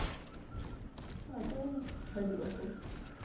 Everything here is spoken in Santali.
ᱟᱫᱚ ᱦᱤᱡᱩᱜ ᱟᱠᱚ